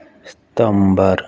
September